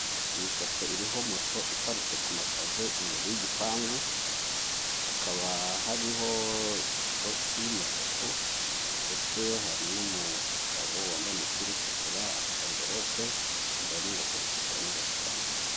Iyi foto iriho moto iparitse ku mapave imbere y'igipangu, hakaba hariho bogisi y'umutuku, ndetse hari n'umugabo wambaye umupira utukura, afite amvelope, yambaye n'ingofero itukura n'agapfukamunwa.